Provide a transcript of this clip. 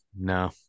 No